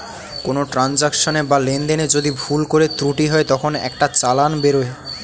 কোনো ট্রান্সাকশনে বা লেনদেনে যদি ভুল করে ত্রুটি হয় তখন একটা চালান বেরোয়